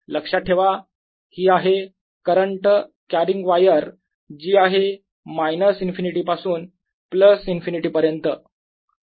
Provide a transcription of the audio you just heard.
लक्षात ठेवा ही आहे करंट कॅरिंग वायर जी आहे मायनस इन्फिनिटी पासून प्लस इन्फिनिटी पर्यंत